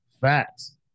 Facts